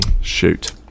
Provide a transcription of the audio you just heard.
Shoot